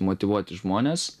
motyvuoti žmones